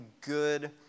good